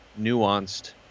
nuanced